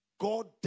God